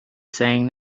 saying